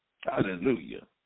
Hallelujah